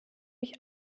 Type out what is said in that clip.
mich